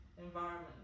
environment